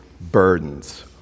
burdens